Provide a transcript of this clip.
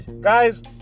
Guys